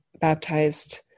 baptized